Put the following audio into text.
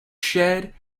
shed